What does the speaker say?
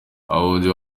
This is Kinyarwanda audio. abunzi